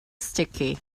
sticky